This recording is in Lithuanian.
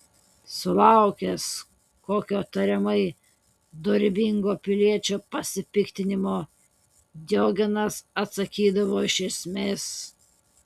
sulaukęs kokio tariamai dorybingo piliečio pasipiktinimo diogenas atsakydavo iš esmės